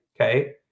okay